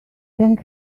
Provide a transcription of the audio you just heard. thank